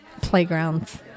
playgrounds